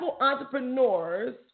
entrepreneurs